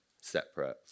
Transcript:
separate